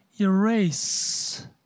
erase